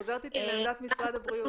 את חוזרת איתי לעמדת משרד הבריאות.